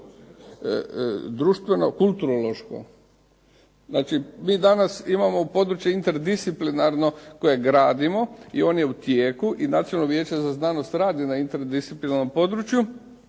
Društveno-kulturološko. Znači mi danas imamo područje interdisciplinarno koje gradimo i on je u tijeku i Nacionalno vijeće za znanost radi na interdisciplinarnom području